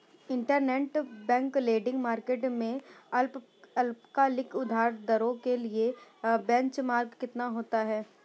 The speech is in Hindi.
इंटरबैंक लेंडिंग मार्केट में अल्पकालिक उधार दरों के लिए बेंचमार्क कितना होता है?